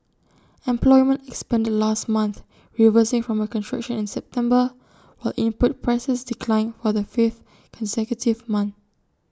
employment expanded last month reversing from A contraction in September while input prices declined for the fifth consecutive month